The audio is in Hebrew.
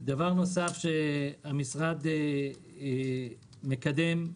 דבר נוסף שהמשרד מקדם,